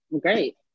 great